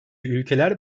ülkeler